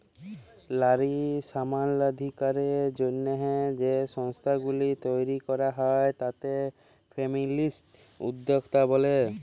লারী সমালাধিকারের জ্যনহে যে সংস্থাগুলি তৈরি ক্যরা হ্যয় তাতে ফেমিলিস্ট উদ্যক্তা ব্যলে